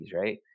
right